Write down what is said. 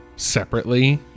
separately